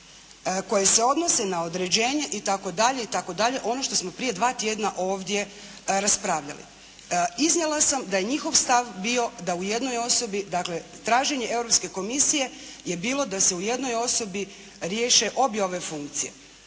koje se odnose na određenje itd. itd. ono što smo prije dva tjedna ovdje raspravljali. Iznijela sam da je njihov stav bio da u jednoj osobi, dakle traženje Europske komisije je bilo da se u jednoj osobi riješe obje ove funkcije